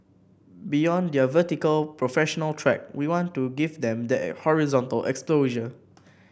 beyond their vertical professional track we want to give them that horizontal exposure